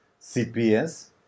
CPS